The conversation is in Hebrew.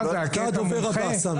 אתה הדובר הבא, סמי.